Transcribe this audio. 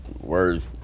words